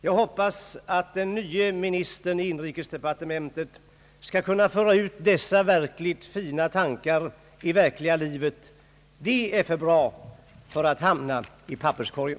Jag hoppas att den nye ministern i inrikesdepartementet skall kunna föra ut dessa mycket fina tankar i det verkliga livet. De är för bra för att hamna i papperskorgen.